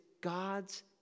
God's